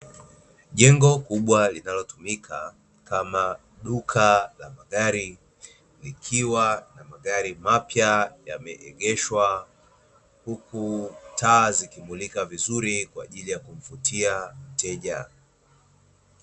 Jengo kubwa linalotumika kama duka la magari likiwa na magari mapya yameegeshwa huku taa zikimulika vizuri kwaajili ya kumvutia mteja.